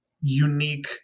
unique